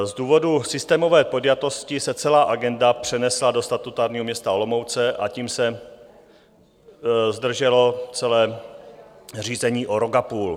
Z důvodu systémové podjatosti se celá agenda přenesla do statutárního města Olomouc a tím se zdrželo celé řízení o rok a půl.